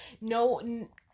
no